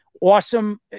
Awesome